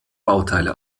bauteile